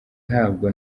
ntabwo